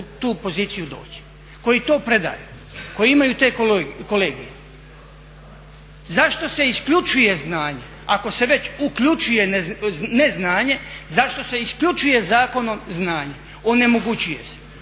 tu poziciju doći koji to predaje, koji imaju te kolegije. Zašto se isključuje znanje ako se već uključuje neznanje, zašto se isključuje zakonom znanje, onemogućuje se,